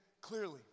clearly